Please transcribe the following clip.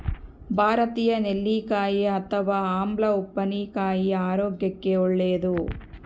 ಭಾರತೀಯ ನೆಲ್ಲಿಕಾಯಿ ಅಥವಾ ಆಮ್ಲ ಉಪ್ಪಿನಕಾಯಿ ಆರೋಗ್ಯಕ್ಕೆ ಒಳ್ಳೇದು